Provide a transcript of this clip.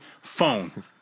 phone